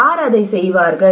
யார் அதை செய்வார்கள்